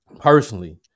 personally